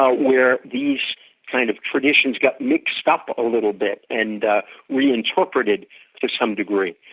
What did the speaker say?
ah where these kind of traditions got mixed up a little bit, and reinterpreted to some degree.